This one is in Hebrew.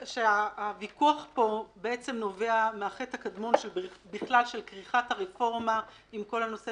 הוויכוח פה נובע מהחטא הקדמון בכלל של כריכת הרפורמה עם כל נושא